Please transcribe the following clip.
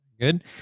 Good